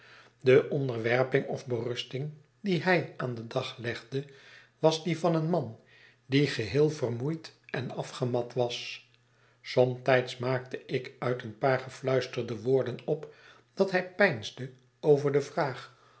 de onderwerping of berusting die hij aan den dag legde was die van een man die geheel vermoeid en afgemat was somtijds maakte ik uit een paar gefluisterde woorden op dat hij peinsde over de vraag